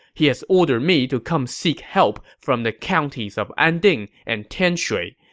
he has ordered me to come seek help from the counties of anding and tianshui.